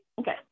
Okay